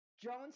Jones